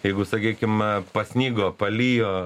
jeigu sakykime pasnigo palijo